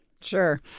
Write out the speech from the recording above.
Sure